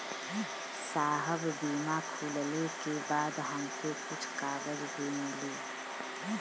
साहब बीमा खुलले के बाद हमके कुछ कागज भी मिली?